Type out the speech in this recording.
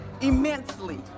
immensely